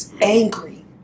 angry